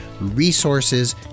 resources